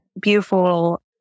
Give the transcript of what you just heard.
beautiful